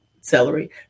celery